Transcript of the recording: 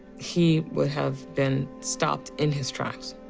he would have been stopped in his tracks,